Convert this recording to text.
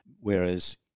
Whereas